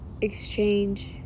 exchange